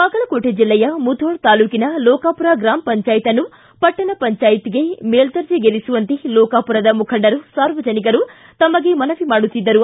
ಬಾಗಲಕೋಟೆ ಜಿಲ್ಲೆಯ ಮುಧೋಳ್ ತಾಲೂಕಿನ ಲೋಕಾಪುರ ಗ್ರಾಮ ಪಂಚಾಯತ್ ಅನ್ನು ಪಟ್ಟಣ ಪಂಚಾಯತ್ಗೆ ಮೇಲ್ವರ್ಜೆಗೇರಿಸುವಂತೆ ಲೋಕಾಪುರದ ಮುಖಂಡರು ಸಾರ್ವಜನಿಕರು ತಮಗೆ ಮನವಿ ಮಾಡುತ್ತಿದ್ದರು